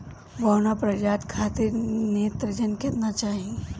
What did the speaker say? बौना प्रजाति खातिर नेत्रजन केतना चाही?